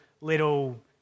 little